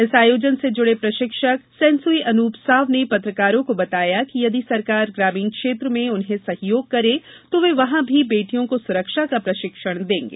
इस आयोजन से जुड़े प्रशिक्षक सेन्सुई अनूप साव ने पत्रकारों को बताया कि यदि सरकार ग्रामीण क्षेत्र में उन्हें सहयोग करे तो वे वहां भी बेटियों को सुरक्षा का प्रशिक्षण देंगे